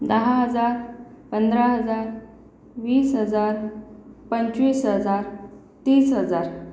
दहा हजार पंधरा हजार वीस हजार पंचवीस हजार तीस हजार